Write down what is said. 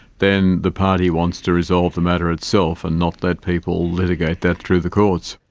then the party wants to resolve the matter itself and not let people litigate that through the courts.